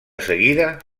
seguida